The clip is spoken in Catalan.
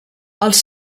els